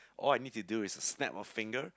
all I need to do is to snap a finger